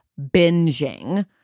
binging